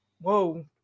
whoa